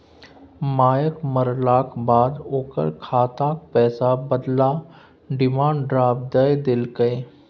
मायक मरलाक बाद ओकर खातक पैसाक बदला डिमांड ड्राफट दए देलकै